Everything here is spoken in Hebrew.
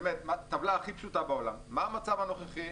טבלה הכי פשוטה בעולם: מה המצב הנוכחי,